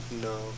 No